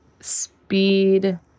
speed